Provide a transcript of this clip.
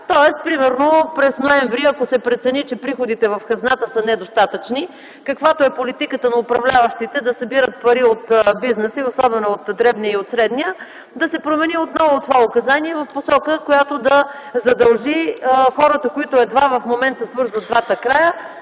Тоест ако през ноември се прецени, че приходите в хазната са недостатъчни (каквато е политиката на управляващите – да събират пари от бизнеса и особено от дребния и средния), да се промени отново това указание в посока, която да задължи хората, които в момента едва свързват двата края,